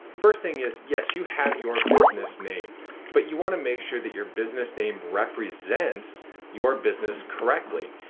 first thing is yes you have your business name but you want to make sure that your business name represents your business correctly.